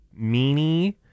meanie